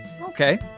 Okay